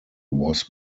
was